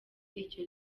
icyo